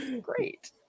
Great